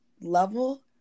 level